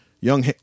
Young